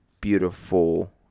beautiful